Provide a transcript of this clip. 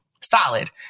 solid